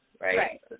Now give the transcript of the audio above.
Right